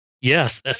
Yes